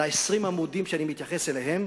ב-20 העמודים שאני מתייחס אליהם,